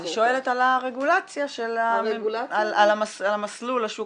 אני שואלת על הרגולציה של --- על המסלול לשוק